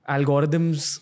Algorithms